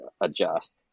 adjust